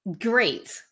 great